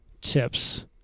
tips